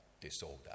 disorder